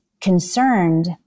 concerned